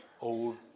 old